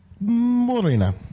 Morena